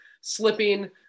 slipping